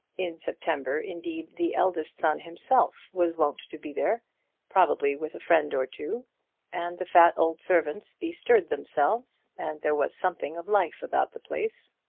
in september, indeed, the eldest son himself was wont to be there probably with a friend or two and the fat old servants bestirred themselves, and there was something of life about the place.